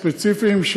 ספציפיים,